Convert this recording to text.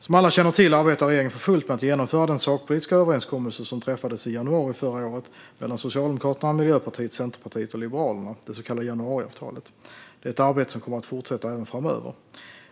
Som alla känner till arbetar regeringen för fullt med att genomföra den sakpolitiska överenskommelse som träffades i januari förra året mellan Socialdemokraterna, Miljöpartiet, Centerpartiet och Liberalerna, det så kallade januariavtalet. Det är ett arbete som kommer att fortsätta även framöver.